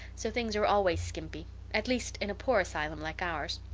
so things are always skimpy at least in a poor asylum like ours.